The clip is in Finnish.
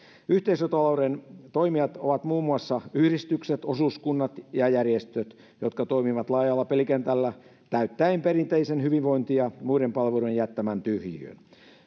yhteisötalouden toimijoita ovat muun muassa yhdistykset osuuskunnat ja järjestöt jotka toimivat laajalla pelikentällä täyttäen perinteisten hyvinvointi ja muiden palveluiden jättämän tyhjiön